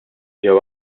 ġew